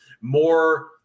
more